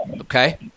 Okay